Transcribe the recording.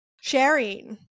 sharing